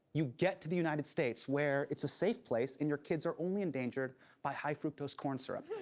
you get to the united states where it's a safe place and your kids are only endangered by high fructose corn syrup.